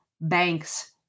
banks